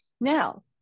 Now